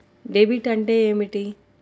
Debit అంటే ఏమిటి?